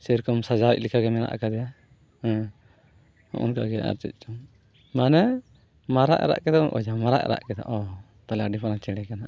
ᱥᱮᱨᱚᱠᱚᱢ ᱥᱟᱡᱟᱣᱤᱡ ᱞᱮᱠᱟᱜᱮ ᱢᱮᱱᱟᱜ ᱠᱟᱫᱮᱭᱟ ᱦᱮᱸ ᱦᱚᱸᱜ ᱚᱱᱠᱟᱜᱮ ᱟᱨ ᱪᱮᱫᱪᱚᱝ ᱢᱟᱱᱮ ᱢᱟᱨᱟᱜ ᱮ ᱨᱟᱜ ᱠᱮᱫᱟ ᱚᱡᱷᱟ ᱢᱟᱨᱟᱜ ᱮ ᱨᱟᱜ ᱠᱮᱫᱟ ᱚᱻ ᱛᱟᱦᱚᱞᱮ ᱟᱹᱰᱤ ᱢᱟᱨᱟᱝ ᱪᱮᱬᱮ ᱠᱟᱱᱟᱭ